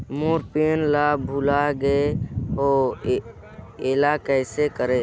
मोर पिन ला भुला गे हो एला कइसे करो?